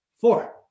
four